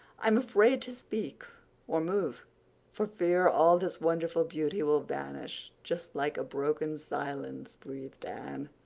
i'm afraid to speak or move for fear all this wonderful beauty will vanish just like a broken silence, breathed anne.